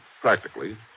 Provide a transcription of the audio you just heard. Practically